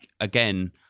again